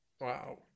Wow